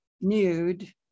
nude